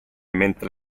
mentre